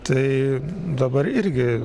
tai dabar irgi